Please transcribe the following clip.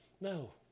No